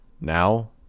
Now